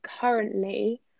currently